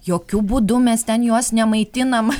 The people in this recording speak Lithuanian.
jokių būdu mes ten juos nemaitinam